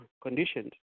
conditions